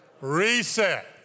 Reset